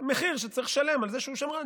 מחיר שצריך לשלם על זה שהוא שמרן,